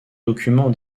documents